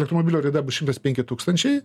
elektromobilio rida bus šimtas penki tūkstančiai